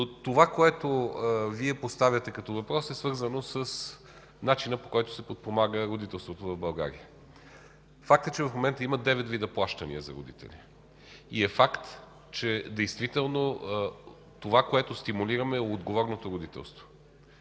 Това, което Вие поставяте като въпрос, е свързано с начина, по който се подпомага родителството в България. Факт е, че в момента има девет вида плащания за родители, и е факт, че действително това, което стимулираме, е отговорното родителство.